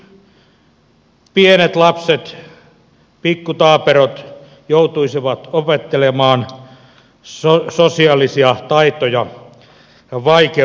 näin siis pienet lapset pikkutaaperot joutuisivat opettelemaan sosiaalisia taitoja vaikeutuvissa olosuhteissa